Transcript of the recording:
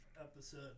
episode